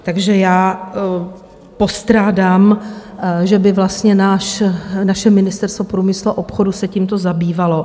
Takže já postrádám, že by vlastně naše Ministerstvo průmyslu a obchodu se tím zabývalo.